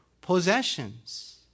possessions